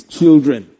children